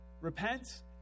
Repent